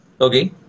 Okay